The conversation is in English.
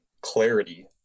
clarity